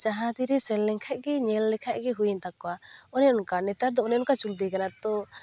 ᱡᱟᱦᱟᱸ ᱛᱤᱨᱮ ᱥᱮᱱ ᱞᱮᱱᱠᱷᱟᱱ ᱜᱮ ᱧᱮᱞ ᱞᱮᱠᱷᱟᱡ ᱜᱮ ᱦᱩᱭᱮᱱ ᱛᱟᱠᱚᱣᱟ ᱚᱱᱮ ᱚᱱᱠᱟ ᱱᱮᱛᱟᱨ ᱫᱚ ᱚᱱᱮ ᱚᱱᱠᱟ ᱪᱚᱞᱛᱤᱭ ᱠᱟᱱᱟ ᱛᱚ